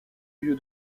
lieu